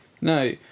No